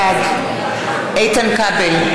בעד איתן כבל,